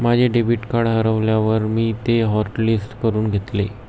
माझे debit card हरवल्यावर मी ते हॉटलिस्ट करून घेतले